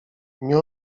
nie